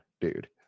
dude